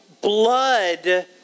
blood